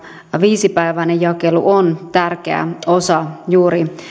viisipäiväinen jakelu on tärkeä osa